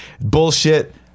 bullshit